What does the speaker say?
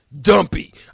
dumpy